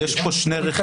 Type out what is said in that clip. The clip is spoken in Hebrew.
יש פה שני רכיבים.